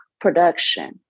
production